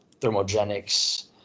thermogenics